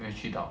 给去掉